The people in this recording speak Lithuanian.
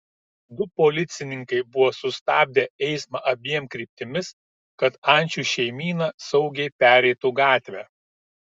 du policininkai buvo sustabdę eismą abiem kryptimis kad ančių šeimyna saugiai pereitų gatvę